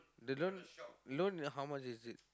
the loan loan how much is it